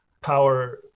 power